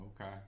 Okay